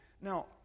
Now